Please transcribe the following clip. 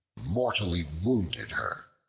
mortally wounded her.